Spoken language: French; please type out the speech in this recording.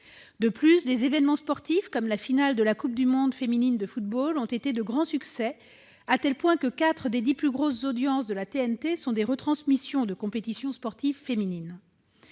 De plus, des événements sportifs comme la finale de la Coupe du monde féminine de football ont été de grands succès, à tel point que 4 des 10 plus grosses audiences de la TNT sont des retransmissions de compétitions sportives féminines.